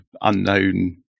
unknown